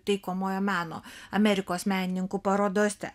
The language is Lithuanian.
taikomojo meno amerikos menininkų parodose